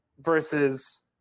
versus